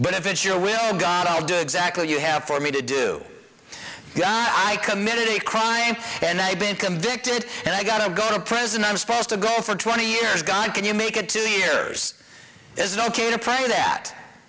but if it sure will god i'll do exactly you have for me to do i committed a crime and i've been convicted and i got to go to prison i'm supposed to go for twenty years guy can you make it two years is it ok to pray that